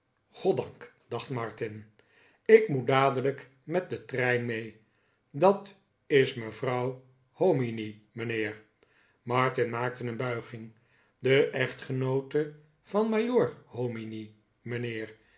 goddank dacht martin ik moet dadelijk met den trein mee dat is mevrouw hominy mijnheer martin maakte een bulging de echtgenoote van majoor hominy